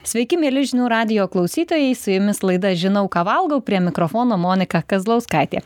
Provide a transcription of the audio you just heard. sveiki mieli žinių radijo klausytojai su jumis laida žinau ką valgau prie mikrofono monika kazlauskaitė